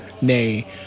nay